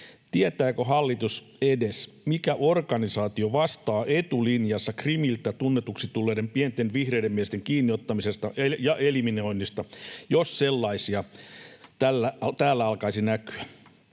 Tietääkö hallitus edes, mikä organisaatio vastaa etulinjassa Krimiltä tunnetuksi tulleiden pienten vihreiden miesten kiinniottamisesta ja eliminoinnista, jos sellaisia täällä alkaisi näkyä?